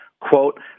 quote